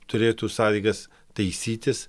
turėtų sąlygas taisytis